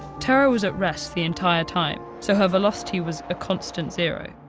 terra was at rest the entire time, so her velocity was a constant zero.